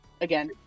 again